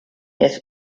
des